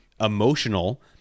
emotional